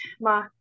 Ma